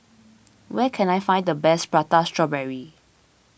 where can I find the best Prata Strawberry